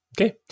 Okay